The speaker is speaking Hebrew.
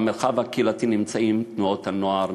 במרחב הקהילתי נמצאים תנועות הנוער,